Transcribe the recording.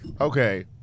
Okay